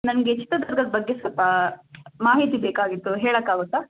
ನಮಗೆ ಚಿತ್ರದುರ್ಗದ ಬಗ್ಗೆ ಸ್ವಲ್ಪ ಮಾಹಿತಿ ಬೇಕಾಗಿತ್ತು ಹೇಳೋಕ್ಕಾಗುತ್ತಾ